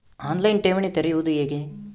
On line ಠೇವಣಿ ತೆರೆಯುವುದು ಹೇಗೆ?